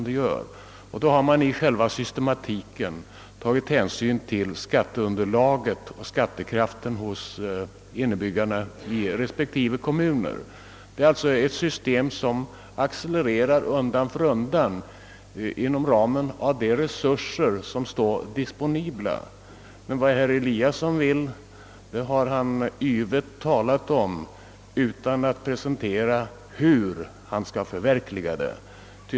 Därför har man i själva systematiken tagit hänsyn till skattekraften hos innebyggarna i respektive kommuner. Detta system innebär alltså hela tiden en accelerering inom ramen av de resurser som står disponibla. Vad herr Eliasson vill har han yvigt talat om utan att presentera hur han skall förverkliga det.